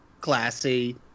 classy